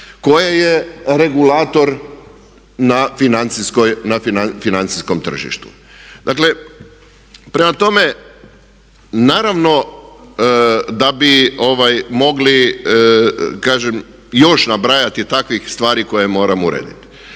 koja je regulator na financijskom tržištu. Dakle prema tome, naravno da bi mogli kažem još nabrajati takvih stvari koje moramo urediti.